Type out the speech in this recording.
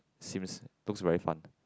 seems looks very fun